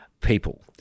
people